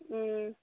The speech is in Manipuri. ꯎꯝ